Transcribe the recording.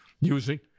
using